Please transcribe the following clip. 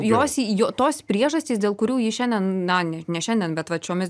jos jo tos priežastys dėl kurių ji šiandien na ne ne šiandien bet vat šiomis